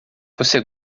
você